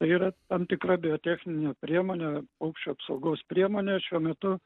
yra tam tikra biotechninė priemonė paukščių apsaugos priemonė šiuo metu